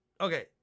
okay